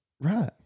Right